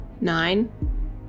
nine